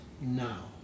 now